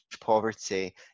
poverty